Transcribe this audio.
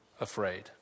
afraid